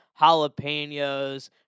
jalapenos